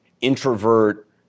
introvert